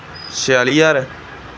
ਛਿਆਲੀ ਹਜ਼ਾਰ